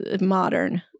modern